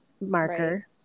marker